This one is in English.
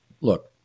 Look